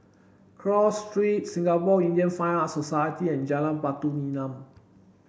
Cross Street Singapore Indian Fine Arts Society and Jalan Batu Nilam